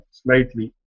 slightly